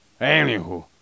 Anywho